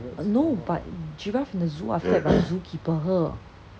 no but giraffe in the zoo are fed by zookeeper